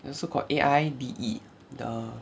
also got A I B E the